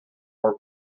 more